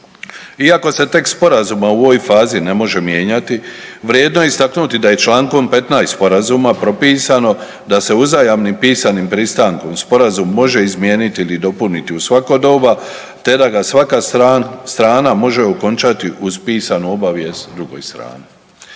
Iako se tekst Sporazuma u ovoj fazi ne može mijenjati, vrijedno je istaknuti da je čl. 15 Sporazuma propisano da se uzajamnim pisanim pristankom Sporazum može izmijeniti ili dopuniti u svako doba te da ga svaka strana može okončati uz pisanu obavijest drugoj strani.